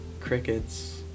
crickets